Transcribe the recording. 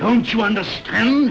don't you understand